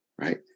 right